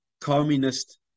communist